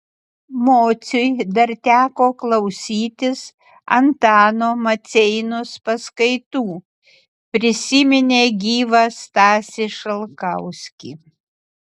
mociui dar teko klausytis antano maceinos paskaitų prisiminė gyvą stasį šalkauskį